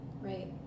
right